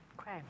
Okay